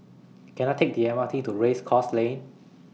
Can I Take The M R T to Race Course Lane